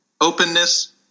openness